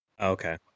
Okay